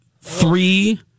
Three